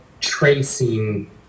tracing